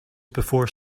before